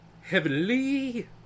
heavenly